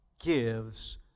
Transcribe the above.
gives